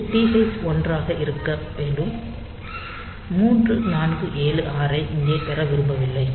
இது TH1 ஆக இருக்க வேண்டும் 3476 ஐ இங்கே பெற விரும்பவில்லை